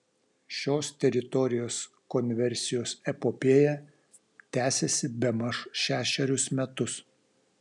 šios teritorijos konversijos epopėja tęsiasi bemaž šešerius metus